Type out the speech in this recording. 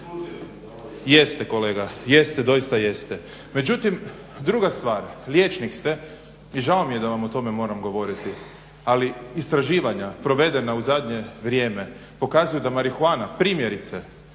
Jeste kolega, jeste, doista jeste. Međutim, druga stvar liječnik ste, i žao mi je da vam o tome moram govoriti, ali istraživanja provedena u zadnje vrijeme pokazuju da marihuana primjerice